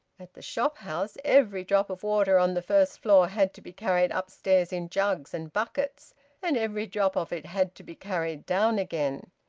at the shop-house, every drop of water on the first floor had to be carried upstairs in jugs and buckets and every drop of it had to be carried down again.